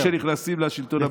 דברים שנכנסים לשלטון המקומי,